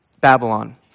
Babylon